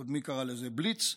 קודמי קרא לזה "בליץ".